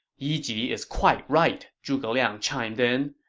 yi ji is quite right, zhuge liang chimed in.